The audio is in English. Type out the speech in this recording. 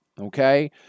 okay